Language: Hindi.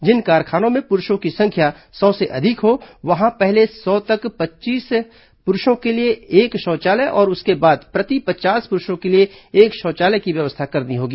जिन कारखानों में पुरूषों की संख्या सौ से अधिक हो वहां पहले सौ तक प्रति पच्चीस पुरूषों के लिए एक शौचालय और उसके बाद प्रति पचास पुरूषों के लिए एक शौचालय की व्यवस्था करनी होगी